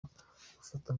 bafatwa